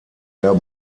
jahr